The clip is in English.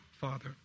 Father